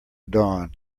dawn